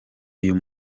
uyu